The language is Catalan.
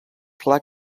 clar